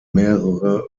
mehrere